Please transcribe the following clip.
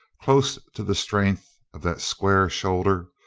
close to the strength of that square shoulder,